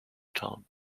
town